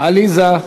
עליזה.